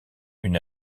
une